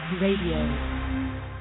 Radio